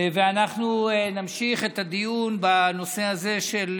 ואנחנו נמשיך את הדיון בנושא הזה של